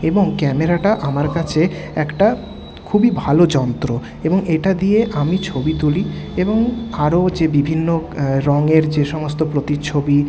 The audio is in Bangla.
এবং ক্যামেরাটা আমার কাছে একটা খুবই ভালো যন্ত্র এবং এটা দিয়ে আমি ছবি তুলি এবং আরো যে বিভিন্ন রঙের যে সমস্ত প্রতিচ্ছবি